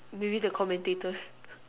really the commentators